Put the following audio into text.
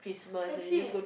I've seen it